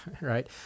right